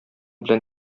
белән